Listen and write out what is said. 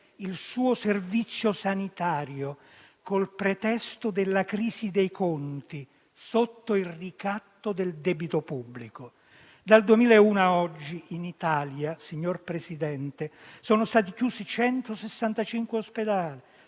il suo servizio sanitario. Col pretesto della crisi dei conti, sotto il ricatto del debito pubblico, dal 2001 a oggi in Italia, signor Presidente, sono stati chiusi 165 ospedali,